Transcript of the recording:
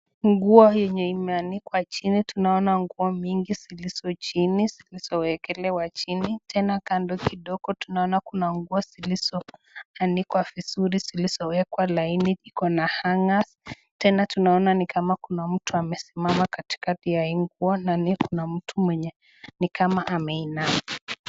Nguo yenye imeanikwa chini. Tunaona nguo mingi zilizokuwa chini, zilizowekelewa chini. Tena kando kidogo tunaona kuna nguo zilizokuwa anikwa vizuri, zilizowekwa laini, iko na hangers . Tena tunaona ni kama kuna mtu amesimama katikati ya hii nguo na ni kuna mtu mwenye ni kama ameinama.